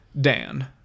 Dan